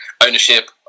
ownership